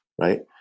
right